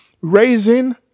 raising